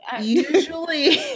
usually